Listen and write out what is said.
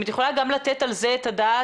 אם את יכולה גם לתת על זה את הדעת,